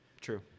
true